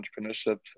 Entrepreneurship